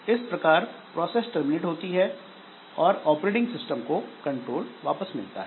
इस प्रकार process terminate होती है और ऑपरेटिंग सिस्टम को कंट्रोल वापस मिलता है